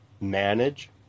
manage